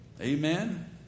Amen